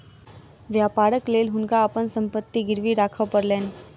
व्यापारक लेल हुनका अपन संपत्ति गिरवी राखअ पड़लैन